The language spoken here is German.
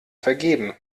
vergeben